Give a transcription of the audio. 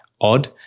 odd